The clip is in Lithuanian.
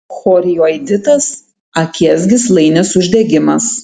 chorioiditas akies gyslainės uždegimas